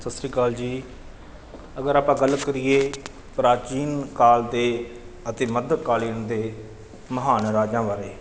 ਸਤਿ ਸ਼੍ਰੀ ਅਕਾਲ ਜੀ ਅਗਰ ਆਪਾਂ ਗੱਲ ਕਰੀਏ ਪ੍ਰਾਚੀਨ ਕਾਲ 'ਤੇ ਅਤੇ ਮੱਧ ਕਾਲੀਨ ਦੇ ਮਹਾਨ ਰਾਜਿਆਂ ਬਾਰੇ